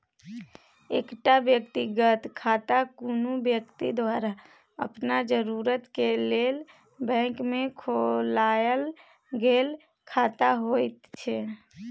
एकटा व्यक्तिगत खाता कुनु व्यक्ति द्वारा अपन जरूरत के लेल बैंक में खोलायल गेल खाता होइत छै